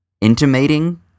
intimating